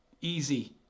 easy